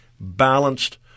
balanced